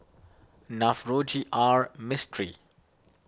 Navroji R Mistri